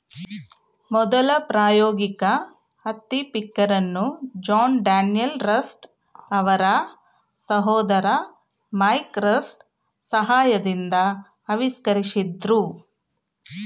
ಮೊದಲ ಪ್ರಾಯೋಗಿಕ ಹತ್ತಿ ಪಿಕ್ಕರನ್ನು ಜಾನ್ ಡೇನಿಯಲ್ ರಸ್ಟ್ ಅವರ ಸಹೋದರ ಮ್ಯಾಕ್ ರಸ್ಟ್ ಸಹಾಯದಿಂದ ಆವಿಷ್ಕರಿಸಿದ್ರು